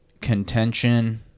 contention